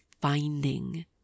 finding